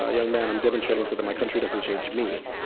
ah young man, i'm demonstrating so that my country doesn't change me.